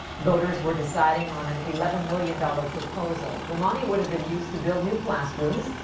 voters were deciding on an eleven million dollar proposal. the money would have been used to build new classrooms,